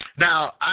Now